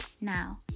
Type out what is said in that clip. Now